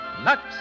Lux